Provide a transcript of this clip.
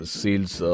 sales